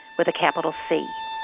with a capital c